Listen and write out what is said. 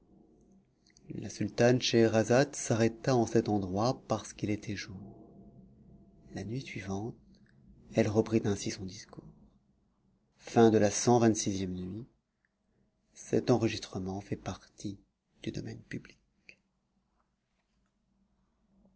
la sultane scheherazade s'arrêta en cet endroit parce qu'il était jour la nuit suivante elle reprit ainsi son discours cxxvii nuit